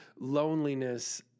loneliness